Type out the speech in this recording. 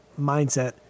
mindset